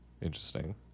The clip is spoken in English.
Interesting